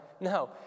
No